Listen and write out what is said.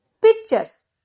pictures